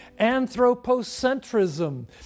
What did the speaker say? anthropocentrism